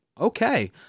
Okay